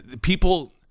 people